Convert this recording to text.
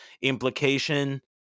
Implication